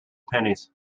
pennies